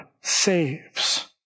saves